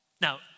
Now